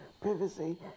privacy